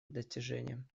достижением